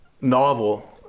novel